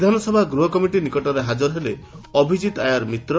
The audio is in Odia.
ବିଧାନସଭା ଗୃହକମିଟି ନିକଟରେ ହାଜର ହେଲେ ଅଭିଜିତ ଆୟାର ମିତ୍ର